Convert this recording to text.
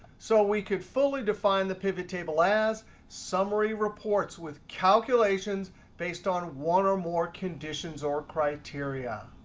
so we could fully define the pivot table as summary reports with calculations based on one or more conditions or criteria.